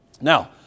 Now